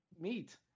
meat